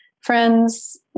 friends